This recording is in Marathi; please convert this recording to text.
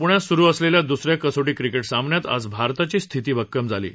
पुण्यात सुरु असलेल्या दुस या कसोटी क्रिकेट सामन्यात आज भारताची स्थिती भक्कम झाली आहे